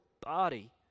body